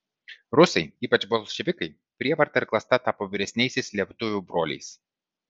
rusai ypač bolševikai prievarta ir klasta tapo vyresniaisiais lietuvių broliais